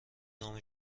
نام